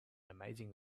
amazing